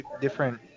different